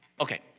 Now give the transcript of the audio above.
Okay